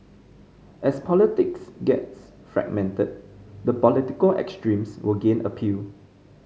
as politics gets fragmented the political extremes will gain appeal